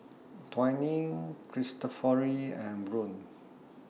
Twinings Cristofori and Braun